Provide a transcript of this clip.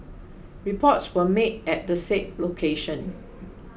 reports were made at the said location